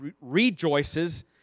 rejoices